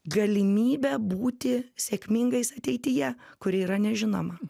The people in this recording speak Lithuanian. galimybę būti sėkmingais ateityje kuri yra nežinoma